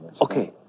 Okay